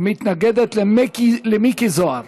מתנגדת למיקי זוהר.